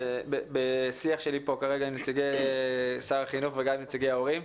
לאחר שיח שלי עם נציגי שר החינוך ונציגי ההורים,